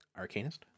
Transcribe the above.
arcanist